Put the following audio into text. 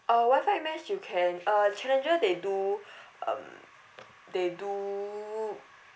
uh wi-fi mesh you can uh challenger they do um they do